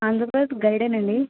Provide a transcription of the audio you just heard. Andhra Pradesh గైడేనండి